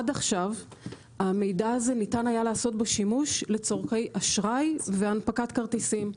עד עכשיו במידע הזה ניתן היה לעשות שימוש לצרכי אשראי והנפקת כרטיסים,